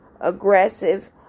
aggressive